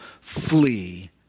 flee